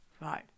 Right